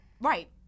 right